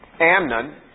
Amnon